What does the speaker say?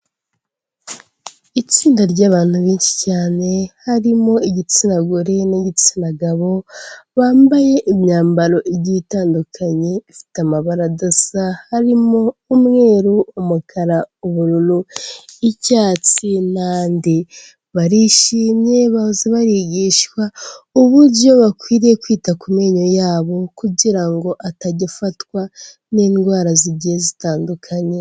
Itsinda ry'abantu benshi cyane harimo igitsina gore n'igitsina gabo, bambaye imyambaro igiye itandukanye ifite amabara adasa harimo: umweru, umukara, ubururu, icyatsi, n'andi, barishimye bahoze barigishwa uburyo bakwiriye kwita ku menyo yabo kugira ngo atajya afatwa n'indwara zigiye zitandukanye.